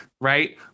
right